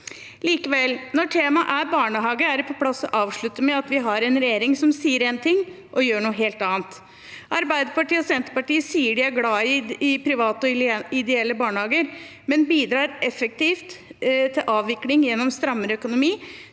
Likevel: Når temaet er barnehage, er det på sin plass å avslutte med at vi har en regjering som sier én ting, men gjør noe helt annet. Arbeiderpartiet og Senterpartiet sier de er glad i private og ideelle barnehager, men bidrar effektivt til avvikling gjennom strammere økonomi,